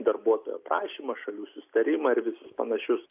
darbuotojo prašymą šalių susitarimą ir visus panašius